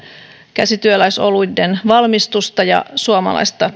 käsityöläisoluiden valmistusta ja suomalaista